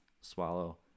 Swallow